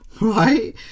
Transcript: right